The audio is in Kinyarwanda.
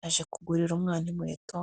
yaje kugurira umwana inkweto.